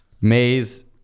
Maze